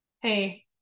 hey